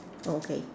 oh okay